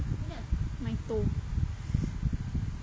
my toe